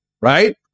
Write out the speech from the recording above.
right